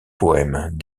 poèmes